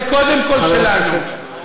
זה קודם כול שלנו,